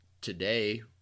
today